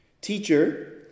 Teacher